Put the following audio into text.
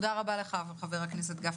תודה, חבר הכנסת גפני.